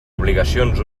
obligacions